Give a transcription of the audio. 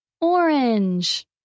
Orange